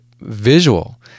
visual